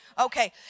okay